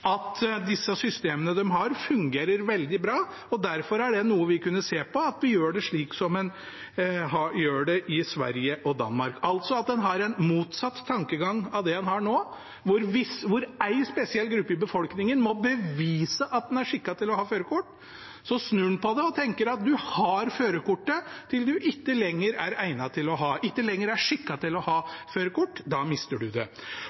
at de systemene de har, fungerer veldig bra. Derfor kunne vi sett på om vi skulle gjøre det slik som i Sverige og Danmark, altså at en har en motsatt tankegang av det en har nå, hvor én spesiell gruppe i befolkningen må bevise at en er skikket til å ha førerkort. En kan snu på det og tenke at man har førerkortet til en ikke lenger er skikket til å ha førerkort, og da mister en det. Til representanten Sundbø Abrahamsen: Ja, selvsagt skal legene kontrollere om en er egnet til å kjøre bil. Det